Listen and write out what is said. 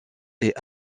est